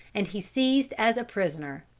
and he seized as a prisoner.